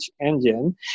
engine